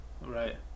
right